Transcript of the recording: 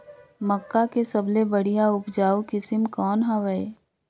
मक्का के सबले बढ़िया उपजाऊ किसम कौन हवय?